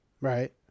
Right